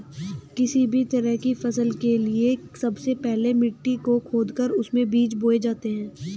किसी भी तरह की फसल के लिए सबसे पहले मिट्टी को खोदकर उसमें बीज बोए जाते हैं